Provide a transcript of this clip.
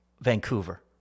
Vancouver